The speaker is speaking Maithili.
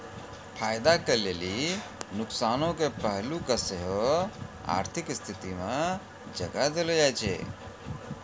फायदा के लेली नुकसानो के पहलू के सेहो आर्थिक स्थिति मे जगह देलो जाय छै